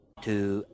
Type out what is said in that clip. Two